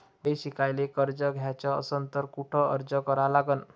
मले शिकायले कर्ज घ्याच असन तर कुठ अर्ज करा लागन?